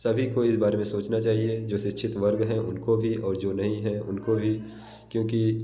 सभी को इस बारे में सोचना चहिए जो शिक्षित वर्ग हैं उनको भी और जो नहीं हैं उनको भी क्योंकि